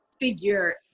figure